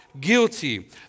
guilty